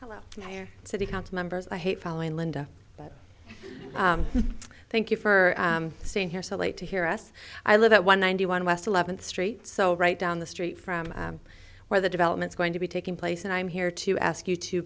hello city council members i hate following linda thank you for staying here so late to hear us i live at one ninety one west eleventh street so right down the street from where the developments going to be taking place and i'm here to ask you to